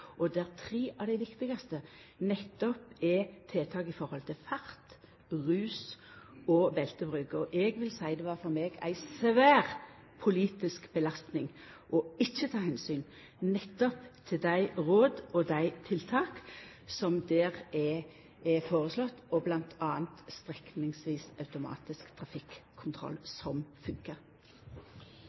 i forhold til fart, rus og beltebruk. Eg vil seia at det for meg er ei svær politisk belastning ikkje å ta omsyn nettopp til dei råda og dei tiltaka som der er føreslåtte, m.a. strekningsvis automatisk trafikkontroll, som